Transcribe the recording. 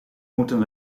moeten